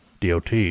DOT